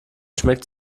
schmeckt